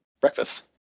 breakfast